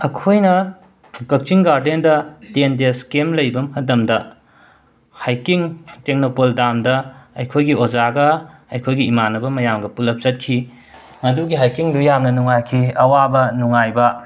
ꯑꯩꯈꯣꯏꯅ ꯀꯛꯆꯤꯡ ꯒꯥꯔꯗꯦꯟꯗ ꯇꯦꯟ ꯗꯦꯁ ꯀꯦꯝꯞ ꯂꯩꯕ ꯃꯇꯝꯗ ꯍꯥꯏꯀꯤꯡ ꯇꯦꯛꯅꯧꯄꯜ ꯗꯥꯝꯗ ꯑꯩꯈꯣꯏꯒꯤ ꯑꯣꯖꯥꯒ ꯑꯩꯈꯣꯏꯒꯤ ꯏꯃꯥꯟꯅꯕ ꯃꯌꯥꯝꯒ ꯄꯨꯜꯂꯞ ꯆꯠꯈꯤ ꯑꯗꯨꯒꯤ ꯍꯥꯏꯀꯤꯡꯗꯣ ꯌꯥꯝꯅ ꯅꯨꯡꯉꯥꯏꯈꯤ ꯑꯋꯥꯕ ꯅꯨꯡꯉꯥꯏꯕ